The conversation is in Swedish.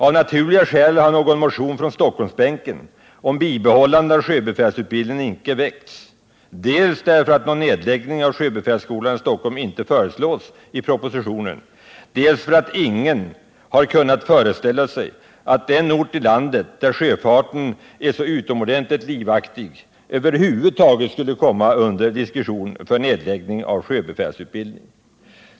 Av naturliga skäl har någon motion från Stockholmsbänken om bibehållande av sjöbefälsutbildningen här icke väckts dels därför att någon nedläggning av sjöbefälsskolan i Stockholm inte föreslås i propositio nen, dels därför att ingen har kunnat föreställa sig att en ort i landet, där sjöfarten är så utomordentligt livaktig, över huvud taget skulle komma under diskussion för nedläggning av sjöbefälsutbildning.